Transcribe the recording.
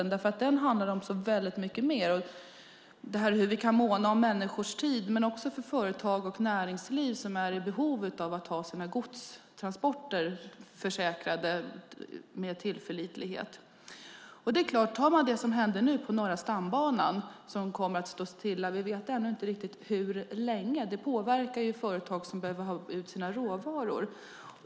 Den handlar om så väldigt mycket mer, om hur vi kan måna om människors tid men också om företag och näringsliv som är i behov av att ha sina godstransporter försäkrade med tillförlitlighet. Ta det som hände nu på Norra stambanan, som kommer att stå stilla - vi vet ännu inte riktigt hur länge. Det påverkar företag som behöver ha ut sina råvaror.